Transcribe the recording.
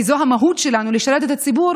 כי זו המהות שלנו: לשרת את הציבור,